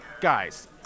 Guys